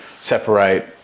separate